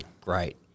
great